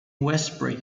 westbury